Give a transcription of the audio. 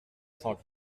cent